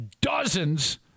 dozens